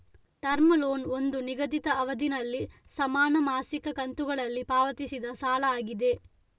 term loan ಒಂದು ನಿಗದಿತ ಅವಧಿನಲ್ಲಿ ಸಮಾನ ಮಾಸಿಕ ಕಂತುಗಳಲ್ಲಿ ಪಾವತಿಸಿದ ಸಾಲ ಆಗಿದೆ